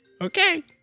Okay